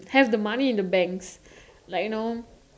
have the money in the banks like you know